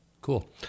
Cool